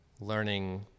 learning